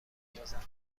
اندازد